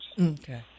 okay